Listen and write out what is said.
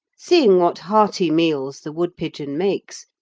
seeing what hearty meals the woodpigeon makes,